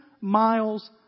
miles